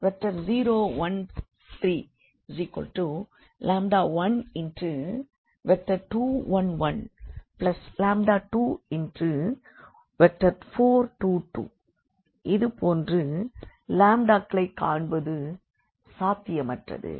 0 1 3 12 1 1 24 2 2 இது போன்று க்களைக் காண்பது சாத்தியமற்றது